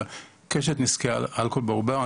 אלא על קשת נזקי האלכוהול בעובר.